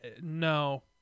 no